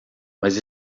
mas